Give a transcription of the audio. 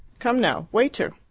come now! waiter!